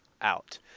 out